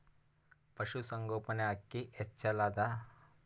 ಪಶುಸಂಗೋಪನೆ ಅಕ್ಕಿ ಹೆಚ್ಚೆಲದಾ?